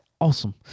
awesome